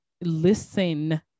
listen